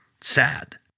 sad